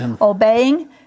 obeying